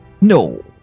No